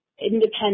independent